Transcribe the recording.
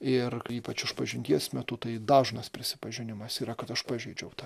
ir ypač išpažinties metu tai dažnas prisipažinimas yra kad aš pažeidžiau tą